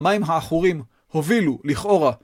מים העכורים הובילו לכאורה.